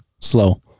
Slow